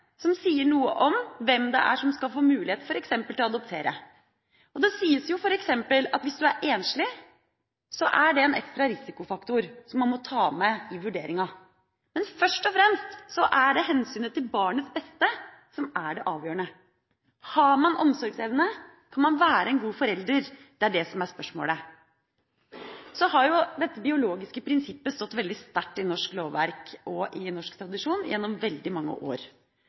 som sier noe om hvem det er som skal få mulighet til f.eks. å adoptere. Det sies f.eks. at hvis du er enslig, er det en ekstra risikofaktor som man må ta med i vurderingen. Men først og fremst er det hensynet til barnets beste som er det avgjørende. Har man omsorgsevne, kan man være en god forelder. Det er det som er spørsmålet. Det biologiske prinsippet har stått veldig sterkt i norsk lovverk og i norsk tradisjon gjennom veldig mange år.